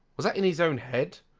was that in his own head?